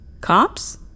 Cops